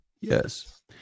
Yes